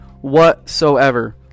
whatsoever